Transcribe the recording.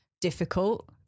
difficult